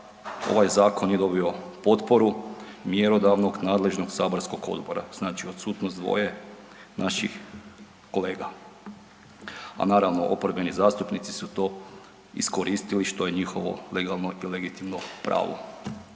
ovaj zakon nije dobio potporu mjerodavnog, nadležnog saborskog odbora, znači odsutnost dvoje naših kolega a naravno, oporbeni zastupnici su to iskoristili što je njihovo legalno i legitimno pravo.